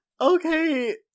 okay